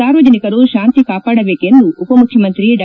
ಸಾರ್ವಜನಿಕರು ಶಾಂತಿ ಕಾಪಾಡಬೇಕೆಂದು ಉಪ ಮುಖ್ಯಮಂತ್ರಿ ಡಾ